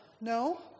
No